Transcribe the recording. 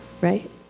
right